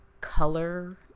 color